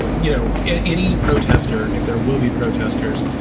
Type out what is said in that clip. you know, any protester. if there will be protesters,